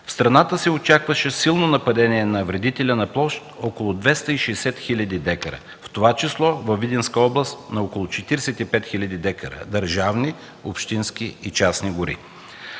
в страната се очакваше силно нападение на вредителя на площ около 260 хиляди декара, в това число във Видинска област на около 45 хиляди декара – държавни, общински и частни гори.